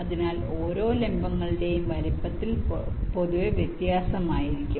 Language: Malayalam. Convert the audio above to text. അതിനാൽ ഓരോ ലംബങ്ങളുടെയും വലുപ്പങ്ങൾ പൊതുവെ വ്യത്യസ്തമായിരിക്കും